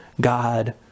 God